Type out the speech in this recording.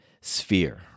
sphere